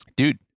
Dude